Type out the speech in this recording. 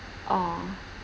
oh